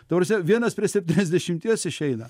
ta prasme vienas prie septyniasdešimties išeina